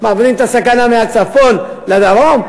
מעבירים את הסכנה מהצפון לדרום?